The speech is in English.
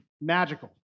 magical